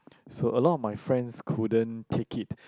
so a lot of my friends couldn't take it